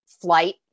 flight